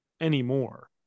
anymore